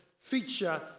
feature